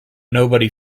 nobody